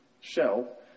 shell